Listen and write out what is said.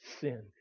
sin